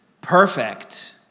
perfect